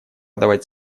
давать